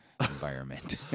environment